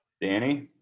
Danny